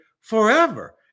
forever